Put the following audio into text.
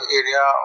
area